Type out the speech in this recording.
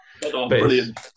brilliant